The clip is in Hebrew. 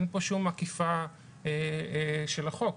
אין פה שום עקיפה של החוק,